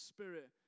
Spirit